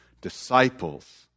Disciples